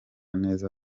neza